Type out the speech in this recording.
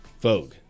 Vogue